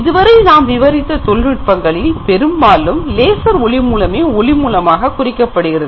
இதுவரை நாம் விவரித்த தொழில்நுட்பத்தில் பெரும்பாலும் லேசர் ஒளி மூலமே ஒளி மூலமாக குறிக்கப்படுகிறது